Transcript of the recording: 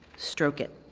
stroke it,